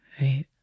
Right